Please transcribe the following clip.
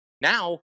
now